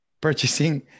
purchasing